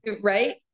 right